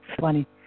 funny